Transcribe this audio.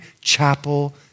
Chapel